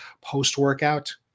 post-workout